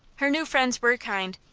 her new friends were kind,